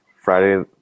Friday